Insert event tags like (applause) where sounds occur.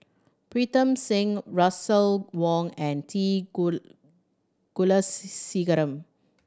Pritam Singh Russel Wong and T (unintelligible)